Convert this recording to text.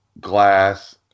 Glass